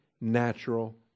natural